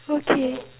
okay